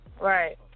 Right